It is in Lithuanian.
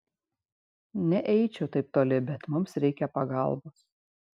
neeičiau taip toli bet mums reikia pagalbos